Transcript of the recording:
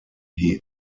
die